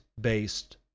based